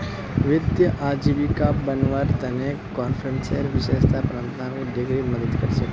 वित्तीय आजीविका बनव्वार त न कॉमर्सेर विषयत परास्नातकेर डिग्री मदद कर छेक